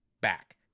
back